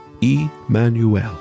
Emmanuel